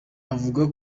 avuga